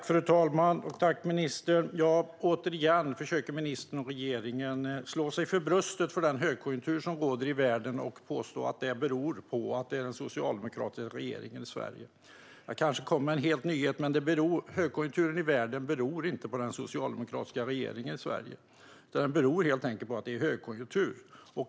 Fru talman! Tack, ministern! Återigen försöker ministern och regeringen slå sig för bröstet för den högkonjunktur som råder i världen och påstå att den beror på den socialdemokratiska regeringen i Sverige. Jag kommer kanske med en nyhet, men högkonjunkturen i världen beror inte på den socialdemokratiska regeringen i Sverige utan på att det helt enkelt är högkonjunktur.